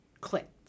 clicked